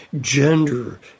gender